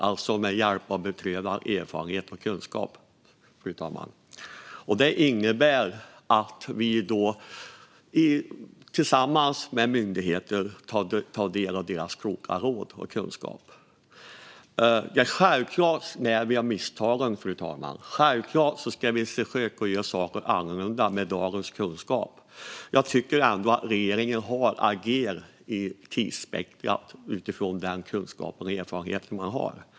Vi tar alltså hjälp av beprövad erfarenhet och kunskap, fru talman, och det innebär att vi tillsammans med myndigheter tar del av deras kloka råd och kunskap. Självklart lär vi av misstagen, fru talman. Självklart ska vi försöka göra saker annorlunda med dagens kunskap. Jag tycker ändå att regeringen har agerat i tidsspektrumet utifrån den kunskap och erfarenhet man har.